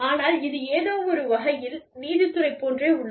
ஆனால் இது ஏதோ ஒருவகையில் நீதித்துறை போன்றே உள்ளது